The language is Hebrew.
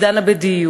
היא דנה בדיור,